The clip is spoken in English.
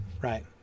Right